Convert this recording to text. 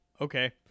okay